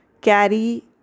carry